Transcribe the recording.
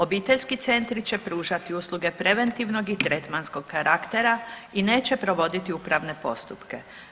Obiteljski centri će pružati usluge preventivnog i tretmanskog karaktera i neće provoditi upravne postupke.